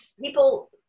people